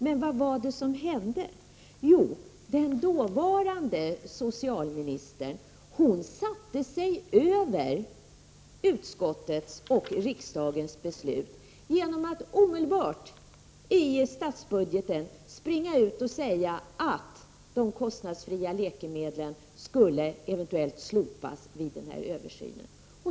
Men vad var det som hände? Jo, den dåvarande socialministern satte sig över utskottets och riksdagens beslut genom att omedelbart i statsbudgeten springa ut och säga att de kostnadsfria läkemedlen eventuellt skulle slopas vid den här översynen.